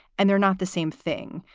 and they're not the same thing.